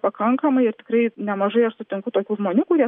pakankamai ir tikrai nemažai aš sutinku tokių žmonių kurie